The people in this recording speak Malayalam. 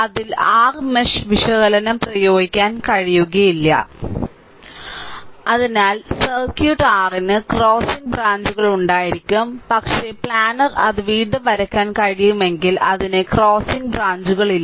അതിൽ r മെഷ് വിശകലനം പ്രയോഗിക്കാൻ കഴിയില്ല അതിനാൽ സർക്യൂട്ട് r ന് ക്രോസിംഗ് ബ്രാഞ്ചുകൾ ഉണ്ടായിരിക്കാം പക്ഷേ പ്ലാനർ അത് വീണ്ടും വരയ്ക്കാൻ കഴിയുമെങ്കിൽ അതിന് ക്രോസിംഗ് ബ്രാഞ്ചുകളില്ല